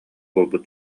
буолбут